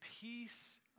peace